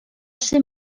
ser